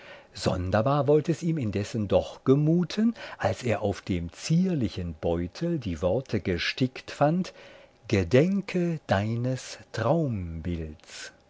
sonderbar wollt es ihm indessen doch gemuten als er auf dem zierlichen beutel die worte gestickt fand gedenke deines traumbilds